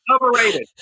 overrated